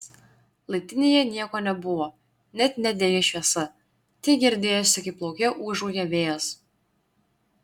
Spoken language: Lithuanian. laiptinėje nieko nebuvo net nedegė šviesa tik girdėjosi kaip lauke ūžauja vėjas